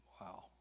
Wow